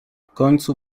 końcu